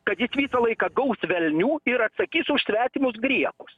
kad jis visą laiką gaus velnių ir atsakys už svetimus griekus